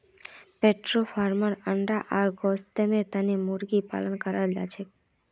poultry फार्मत अंडा आर गोस्तेर तने मुर्गी पालन कराल जाछेक